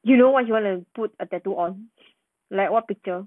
you know what she want to put a tattoo on like what picture